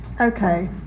Okay